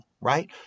right